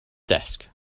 desk